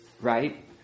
Right